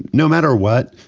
no matter what,